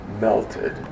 melted